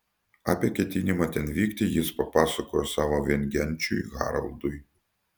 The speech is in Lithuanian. apie ketinimą ten vykti jis papasakojo savo viengenčiui haraldui